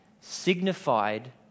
signified